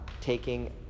taking